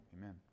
Amen